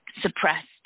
suppressed